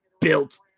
built